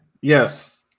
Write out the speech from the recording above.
Yes